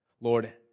Lord